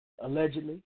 allegedly